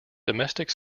domestic